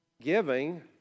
Giving